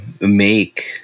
make